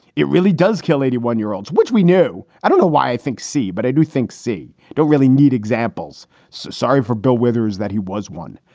it really does kill eighty one year olds, which we knew. i don't know why i think c, but i do think c don't really need examples. sorry for bill withers that he was one,